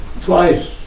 Twice